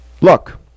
Look